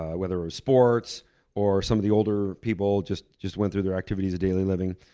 ah whether it was sports or some of the older people just just went through their activities of daily living,